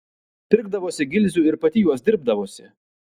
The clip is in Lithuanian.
pirkdavosi gilzių ir pati juos dirbdavosi